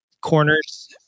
corners